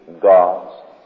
God's